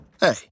Hey